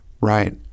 Right